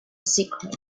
secret